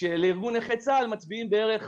שלארגון נכי צה"ל מצביעים בערך